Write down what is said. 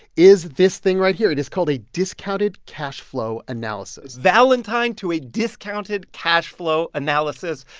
is this thing right here. it is called a discounted cash flow analysis valentine to a discounted cash flow analysis.